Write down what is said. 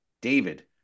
David